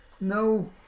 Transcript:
no